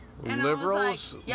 Liberals